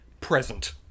present